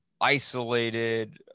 isolated